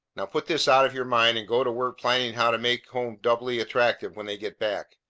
now put this out of your mind, and go to work planning how to make home doubly attractive when they get back,